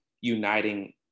uniting